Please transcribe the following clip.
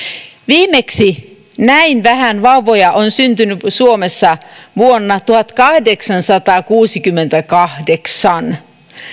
viimeksi näin vähän vauvoja on syntynyt suomessa vuonna tuhatkahdeksansataakuusikymmentäkahdeksan